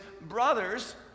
brothers